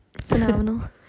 Phenomenal